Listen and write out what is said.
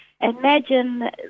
Imagine